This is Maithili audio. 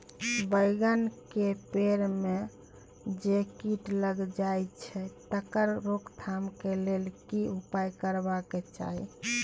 बैंगन के पेड़ म जे कीट लग जाय छै तकर रोक थाम के लेल की उपाय करबा के चाही?